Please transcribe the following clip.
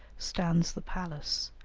stands the palace,